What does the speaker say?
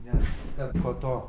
nes kad po to